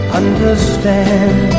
understand